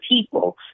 people